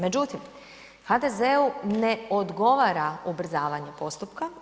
Međutim, HDZ-u ne odgovara ubrzavanje postupka.